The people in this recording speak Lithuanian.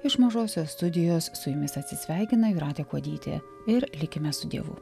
iš mažosios studijos su jumis atsisveikina jūratė kuodytė ir likime su dievu